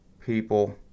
people